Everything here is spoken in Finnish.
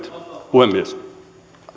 puhemies